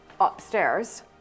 upstairs